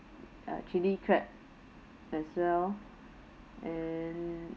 uh chilli crab as well and